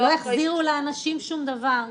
לא החזירו לאנשים שום דבר,